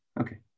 Okay